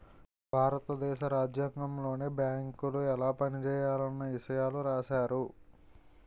భారత దేశ రాజ్యాంగంలోనే బేంకులు ఎలా పనిజేయాలన్న ఇసయాలు రాశారు